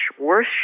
worse